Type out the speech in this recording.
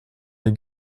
les